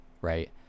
right